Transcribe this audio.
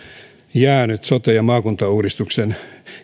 jäänyt sote ja maakuntauudistuksen